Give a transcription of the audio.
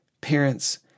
Parents